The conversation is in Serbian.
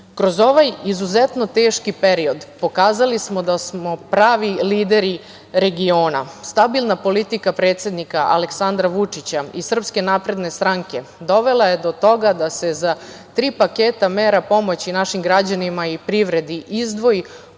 ovaj izuzetno teški period pokazali smo da smo pravi lideri regiona. Stabilna politika predsednika Aleksandra Vučića i SNS dovela je do toga da se za tri paketa mera pomoći našim građanima i privredi izdvoji